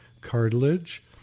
cartilage